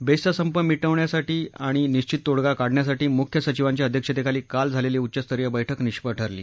बेस्टचा संप मिटवण्यासाठी आणि निश्चित तोडगा काढण्यासाठी मुख्य सचिवांच्या अध्यक्षतेखाली काल झालेली उच्चस्तरीय बैठक निष्फळ ठरली